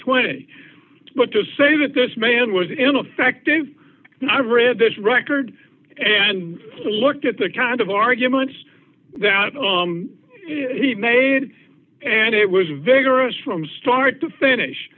twenty but to say that this man was ineffective i read this record and looked at the kind of arguments that he made and it was very gross from start to finish